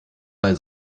bei